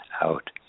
out